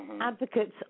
Advocates